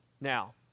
now